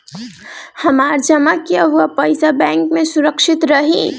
हमार जमा किया हुआ पईसा बैंक में सुरक्षित रहीं?